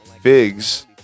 Figs